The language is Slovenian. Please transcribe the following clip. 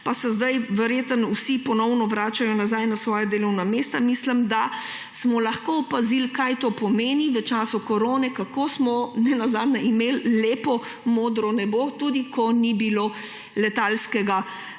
pa se sedaj verjetno vsi ponovno vračajo nazaj na svoja delovna mesta. Mislim, da smo lahko opazili, kaj to pomeni, v času korone, kako smo nenazadnje imeli lepo modro nebo tudi ker ni bilo letalskega